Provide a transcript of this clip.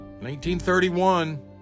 1931